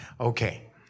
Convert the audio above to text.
Okay